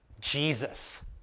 Jesus